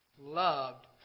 loved